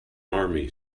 army